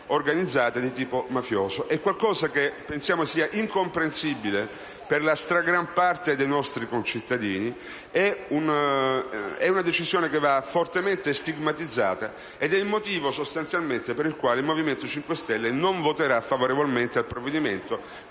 organizzata di tipo mafioso. Pensiamo che tutto questo sia incomprensibile per la stragrande parte dei nostri concittadini, è una decisione che va fortemente stigmatizzata ed è il motivo per il quale il Movimento 5 Stelle non voterà favorevolmente al provvedimento,